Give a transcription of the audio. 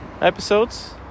episodes